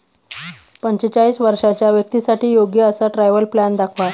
पंचेचाळीस वर्षांच्या व्यक्तींसाठी योग्य असा ट्रॅव्हल प्लॅन दाखवा